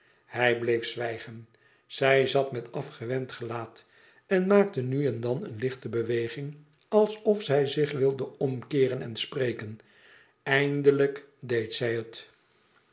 hij bleef zwijgen zij zat met afgewend gelaat en maakte nu en dan ene lichte beweging alsof zij zich wilde omkeeren en spreken eindelijk leed zij het